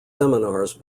seminars